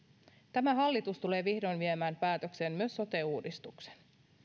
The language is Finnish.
tämä hallitus tulee vihdoin viemään päätökseen myös sote uudistuksen